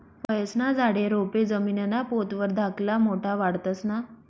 फयेस्ना झाडे, रोपे जमीनना पोत वर धाकला मोठा वाढतंस ना?